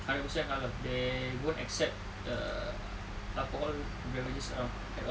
hundred percent halal they won't accept err alcohol beverages around at all